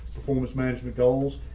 performance management goals.